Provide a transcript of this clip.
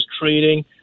trading